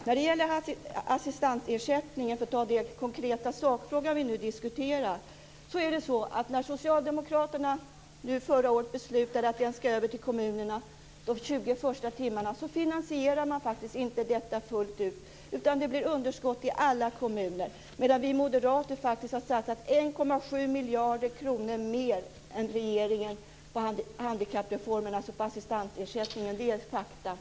När det gäller assistansersättningen, för att ta den konkreta sakfråga vi nu diskuterar, beslutade Socialdemokraterna förra året att de 20 första timmarna skulle läggas över på kommunerna, men de finansierade inte detta fullt ut utan det blir underskott i alla kommuner. Vi moderater har satsat 1,7 miljarder mer än regeringen på handikappreformen, dvs. på assistansersättningen. Det är ett faktum.